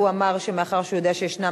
והוא אמר שמאחר שהוא יודע שיש שרים